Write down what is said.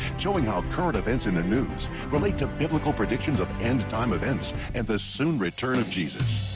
showing how current events in the news relate to biblical predictions of end time events and the soon return of jesus.